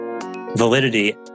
validity